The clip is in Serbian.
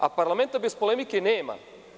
A parlamenta bez polemike nema.